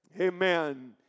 Amen